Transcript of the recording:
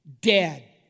Dead